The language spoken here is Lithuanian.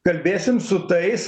kalbėsim su tais